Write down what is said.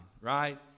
right